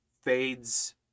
fades